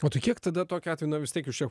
o tai kiek tada tokiu atveju na vis tiek jūs čia